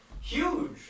huge